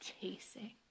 chasing